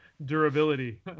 durability